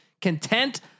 content